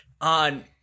on